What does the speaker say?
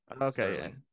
okay